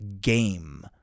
game